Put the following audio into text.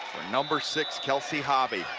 number six, kelsey hobbie